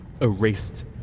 erased